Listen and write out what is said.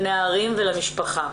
נערים ומשפחה.